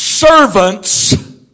Servants